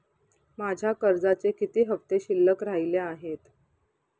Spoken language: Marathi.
माझ्या कर्जाचे किती हफ्ते शिल्लक राहिले आहेत?